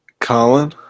Colin